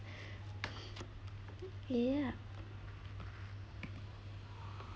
ya